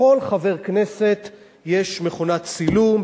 לכל חבר כנסת יש מכונת צילום,